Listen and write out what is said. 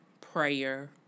prayer